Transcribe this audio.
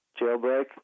Jailbreak